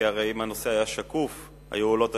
כי הרי אם הנושא היה שקוף היו עולות השאלות,